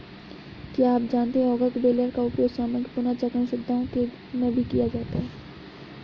क्या आप जानते है औद्योगिक बेलर का उपयोग सामग्री पुनर्चक्रण सुविधाओं में भी किया जाता है?